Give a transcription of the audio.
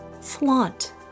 Flaunt